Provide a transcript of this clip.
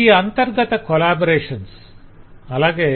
ఈ అంతర్గత కొలాబరేషన్స్ అలాగే